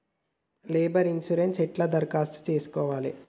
Labour insurance ఎట్ల దరఖాస్తు చేసుకోవాలే?